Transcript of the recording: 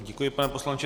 Děkuji, pane poslanče.